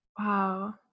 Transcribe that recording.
Wow